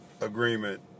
agreement